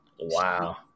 wow